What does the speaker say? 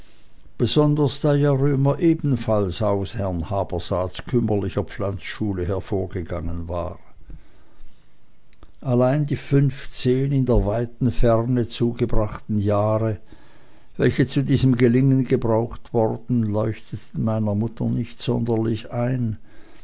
besonders da ja römer ebenfalls aus herrn habersaats kümmerlicher pflanzschule hervorgegangen war allein die siebzehn in der weiten ferne zugebrachten jahre welche zu diesem gelingen gebraucht worden leuchteten meiner mutter nicht sonderlich ein